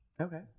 Okay